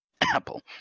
Apple